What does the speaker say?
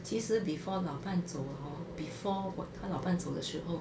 其实 before 老伴走了 hor before 我她老伴走的时候